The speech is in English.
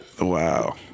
Wow